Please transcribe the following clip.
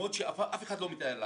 למקומות שאף אחד לא יכול לתאר לעצמו.